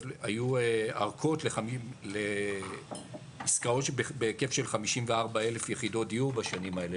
היו ארכות בנייה לעסקאות בהיקף של 54,000 יחידות דיור בשנים האלה,